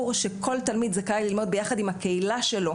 שכל תלמיד זכאי ללמוד יחד עם הקהילה שלו,